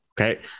Okay